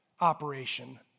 operation